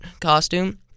costume